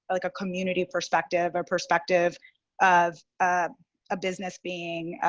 like a community perspective or perspective of ah a business being